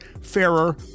fairer